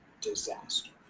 disaster